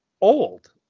old